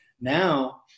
Now